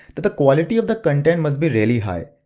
the the quality of the content must be really high.